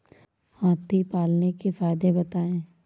हाथी पालने के फायदे बताए?